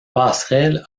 passerelle